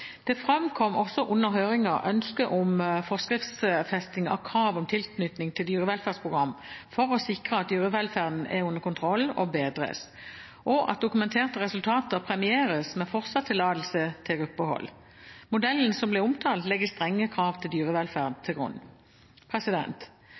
Det framkom også under høringen ønske om forskriftsfesting av kravet om tilknytning til dyrevelferdsprogram for å sikre at dyrevelferden er under kontroll og bedres, og at dokumenterte resultater premieres med fortsatt tillatelse til gruppehold. Modellen som ble omtalt, legger strenge krav til dyrevelferd